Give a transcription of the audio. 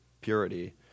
purity